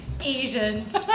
Asians